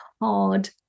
hard